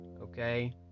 okay